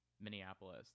Minneapolis